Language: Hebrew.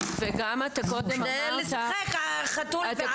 זה לשחק חתול ועכבר עם הילדים האלה.